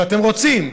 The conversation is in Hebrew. ואתם רוצים,